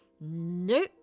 Nope